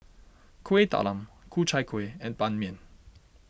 Kuih Talam Ku Chai Kueh and Ban Mian